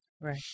right